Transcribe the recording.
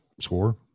score